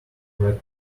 leave